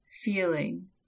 feeling